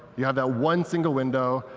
you have that one single window.